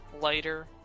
lighter